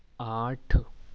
آٹھ